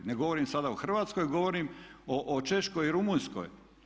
Ne govorim sada o Hrvatskoj, govorim o Češkoj i Rumunjskoj.